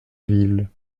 ville